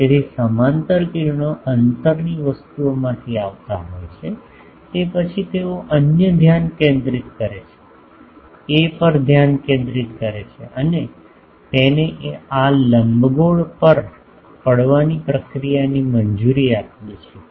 તેથી સમાંતર કિરણો અંતરની વસ્તુઓમાંથી આવતા હોય છે તે પછી તેઓ અન્ય ધ્યાન કેન્દ્રિત કરે છે A પર ધ્યાન કેન્દ્રિત કરે છે અમે તેને આ લંબગોળ પર પડવાની પ્રક્રિયાની મંજૂરી આપીએ છીએ